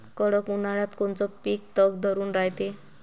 कडक उन्हाळ्यात कोनचं पिकं तग धरून रायते?